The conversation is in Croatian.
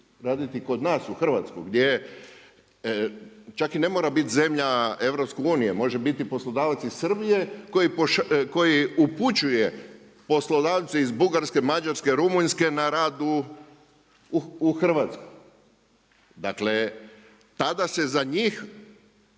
raditi kod nas u Hrvatsku, gdje čak i ne mora bit zemlja EU, može biti poslodavac iz Srbije koji upućuje poslodavce iz Bugarske, mađarske, Rumunjske na rad u Hrvatsku. Dakle, tada se za njih